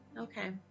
Okay